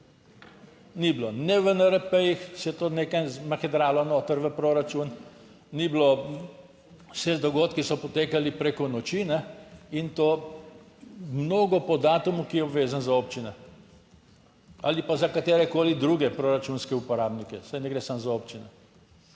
ni bilo, ne v NRP-jih se je to nekaj zmahedralo noter v proračun, ni bilo, vsi dogodki so potekali preko noči in to mnogo po datumu, ki je obvezen za občine ali pa za katerekoli druge proračunske uporabnike. Saj ne gre samo za občine.